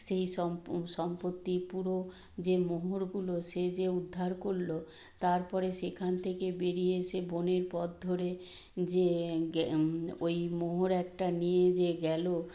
সেই সম্পত্তি পুরো যে মোহরগুলো সে যে উদ্ধার করলো তারপরে সেখান থেকে বেরিয়ে এসে বনের পথ ধরে যে গে ওই মোহর একটা নিয়ে যে গেলো